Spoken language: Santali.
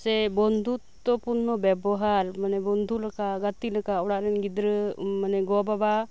ᱥᱮ ᱵᱚᱱᱫᱷᱩᱛᱛᱚ ᱯᱩᱨᱱᱚ ᱵᱮᱵᱚᱦᱟᱨ ᱢᱟᱱᱮ ᱵᱚᱱᱫᱷᱩ ᱞᱮᱠᱟ ᱜᱟᱛᱮᱜ ᱞᱮᱠᱟ ᱚᱲᱟᱜ ᱨᱮᱱ ᱜᱤᱫᱽᱨᱟᱹ ᱢᱟᱱᱮ ᱜᱚ ᱵᱟᱵᱟ